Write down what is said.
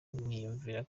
niyumvira